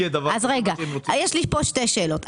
יש לי שתי שאלות.